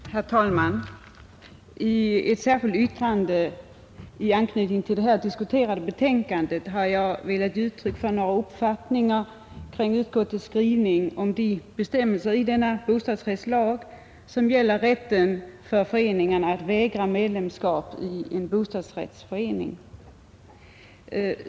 Herr talman! I ett särskilt yttrande i anknytning till det här diskuterade betänkandet har jag velat ge uttryck för några uppfattningar kring utskottets skrivning om de bestämmelser i bostadsrättslagen som gäller rätten för en bostadsrättsförening att vägra någon medlemskap.